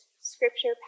scripture